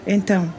Então